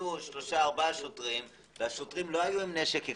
נכנסו שלוש ארבעה שוטרים שהיו עם ה-M16 לא עם אקדח